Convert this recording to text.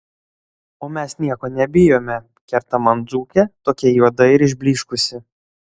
o mes nieko nebijome kerta man dzūkė tokia juoda ir išblyškusi